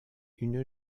une